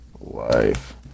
life